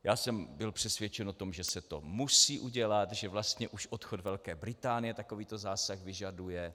Já jsem byl přesvědčen o tom, že se to musí udělat, že vlastně už odchod Velké Británie takovýto zásah vyžaduje.